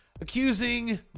accusing